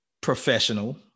professional